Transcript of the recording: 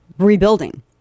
rebuilding